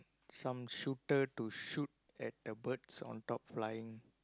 some shooter to shoot at the birds on top flying